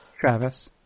Travis